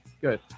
good